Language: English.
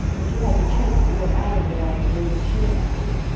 if you had the chance to get out of it all the way that she has?